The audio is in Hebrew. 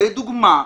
לדוגמה,